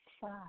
five